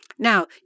Now